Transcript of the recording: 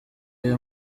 aya